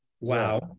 Wow